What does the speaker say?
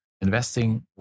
investing